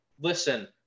listen